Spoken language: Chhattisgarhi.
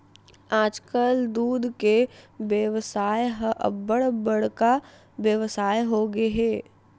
आजकाल दूद के बेवसाय ह अब्बड़ बड़का बेवसाय होगे हे